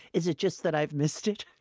is it just that i've missed it?